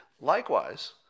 Likewise